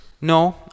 No